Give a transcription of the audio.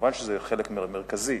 מובן שזה חלק מרכזי,